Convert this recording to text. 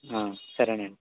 సరేనండి